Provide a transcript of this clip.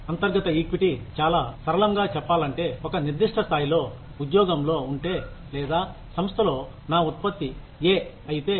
అంతర్గత ఈక్విటీ చాలా సరళంగా చెప్పాలంటే ఒక నిర్దిష్ట స్థాయిలో ఉద్యోగంలో ఉంటే లేదా సంస్థలో నా ఉత్పత్తి A అయితే